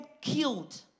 killed